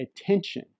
attention